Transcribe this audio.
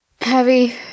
Heavy